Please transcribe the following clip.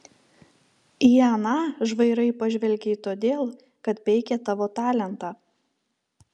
į aną žvairai pažvelgei todėl kad peikė tavo talentą